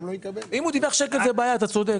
אז זאת בעיה, אתה צודק.